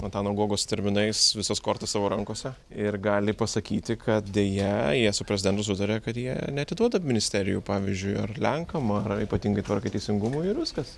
antano guogos terminais visas kortas savo rankose ir gali pasakyti kad deja jie su prezidentu sutarė kad jie neatiduoda ministerijų pavyzdžiui ar lenkam ar ypatingai tvarkai ir teisingumu ir viskas